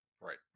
right